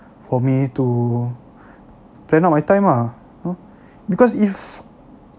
for me to plan out my time ah you know because if